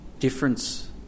difference